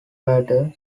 radar